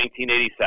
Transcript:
1987